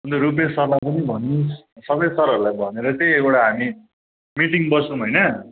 अन्त रुपेश सरलाई पनि भन्नुहोस् सबै सरहरूलाई भनेर चाहिँ एउटा हामी मिटिङ बसौँ होइन